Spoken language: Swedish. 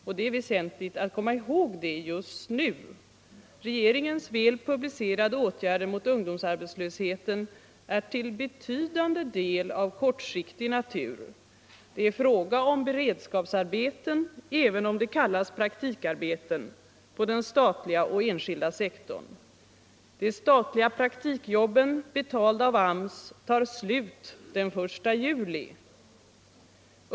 Och det är väsentligt att komma ihåg det just nu. Regeringens väl publicerade åtgärder mot ungdomsarbetslösheten är till betydande del av-kortsiktig natur. Det är fråga om beredskapsarbeten — även om de kallas praktikarbeten —i den statliga och den enskilda sektorn. De statliga praktikjobben, betalade av AMS, tår slut den 1 juli.